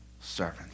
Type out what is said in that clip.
servant